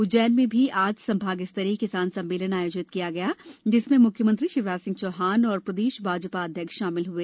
उज्जैन में भी आज संभाग स्तरीय किसान सम्मेलन आयोजित किया गया जिसमें मुख्यमंत्री शिवराज सिंह चौहान और प्रदेश अध्यक्ष शामिल हए